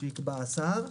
שיקבע השר.